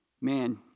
man